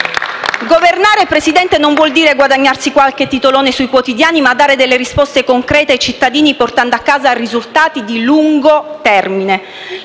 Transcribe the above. Governare, Presidente, non vuol dire guadagnarsi qualche titolone sui quotidiani ma dare delle risposte concrete ai cittadini portando a casa risultati di lungo termine.